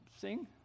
sing